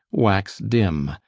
waxe dimme,